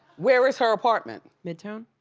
where is her apartment? midtown.